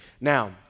Now